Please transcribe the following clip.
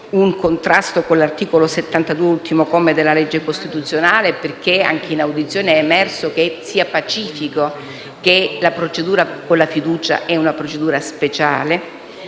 un contrasto con l'articolo 72, ultimo comma, della legge costituzionale, perché anche in audizione è emerso come pacifico il fatto che la procedura con la fiducia è una procedura speciale.